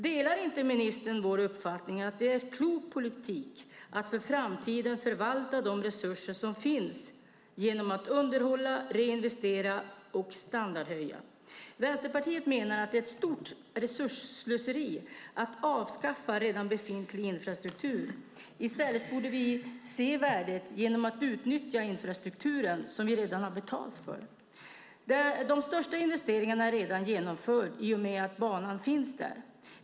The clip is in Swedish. Delar inte ministern vår uppfattning att det är klok politik att för framtiden förvalta de resurser som finns genom att underhålla, reinvestera och standardhöja? Vänsterpartiet menar att det är ett stort resursslöseri att avskaffa redan befintlig infrastruktur. I stället borde vi se värdet genom att utnyttja infrastrukturen som vi redan har betalat för. Den största investeringen är redan genomförd i och med att banan finns där.